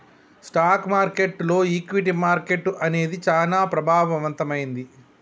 stock మార్కెట్టులో equity market అనేది చానా ప్రభావవంతమైంది